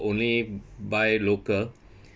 only buy local